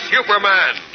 Superman